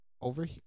over